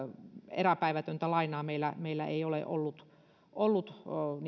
eräpäivätöntä lainaa meillä meillä ei ole ollut ollut